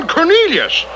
Cornelius